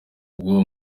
b’uwo